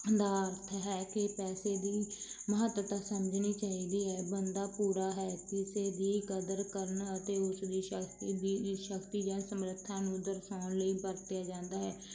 ਦਾ ਅਰਥ ਹੈ ਕਿ ਪੈਸੇ ਦੀ ਮਹੱਤਤਾ ਸਮਝਣੀ ਚਾਹੀਦੀ ਹੈ ਬੰਦਾ ਪੂਰਾ ਹੈ ਕਿਸੇ ਦੀ ਕਦਰ ਕਰਨ ਅਤੇ ਉਸ ਦੀ ਸ਼ਕਤੀ ਦੀ ਸ਼ਕਤੀ ਜਾਂ ਸਮਰੱਥਾ ਨੂੰ ਦਰਸਾਉਣ ਲਈ ਵਰਤਿਆ ਜਾਂਦਾ ਹੈ